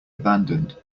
abandoned